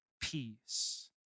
peace